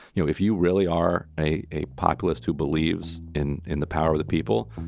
you know, if you really are a a populist who believes in in the power of the people,